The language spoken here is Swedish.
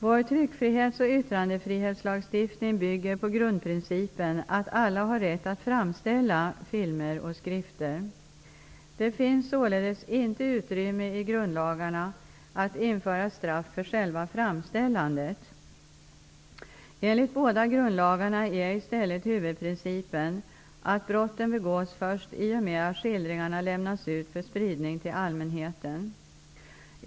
Vår tryckfrihets och yttrandefrihetslagstiftning bygger på grundprincipen att alla har rätt att framställa filmer och skrifter. Det finns således inte utrymme i grundlagarna att införa straff för själva framställandet. Enligt båda grundlagarna är i stället huvudprincipen att brotten begås först i och med att skildringarna lämnas ut för spridning till allmänheten.